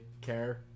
care